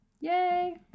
Yay